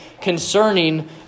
concerning